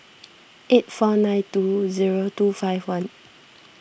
eight four nine two zero two five one